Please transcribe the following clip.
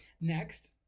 Next